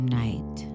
night